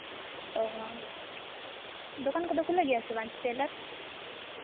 ᱚᱸᱻ ᱫᱚᱠᱟᱱ ᱜᱮᱫᱚ ᱠᱷᱩᱞᱟᱣ ᱜᱮᱭᱟ ᱥᱮᱵᱟᱝ ᱴᱮᱞᱟᱨ